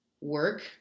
work